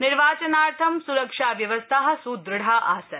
निर्वाचनार्थं सुरक्षाव्यवस्था सुदृढा आसन्